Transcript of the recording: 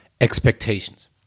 expectations